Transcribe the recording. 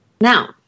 Now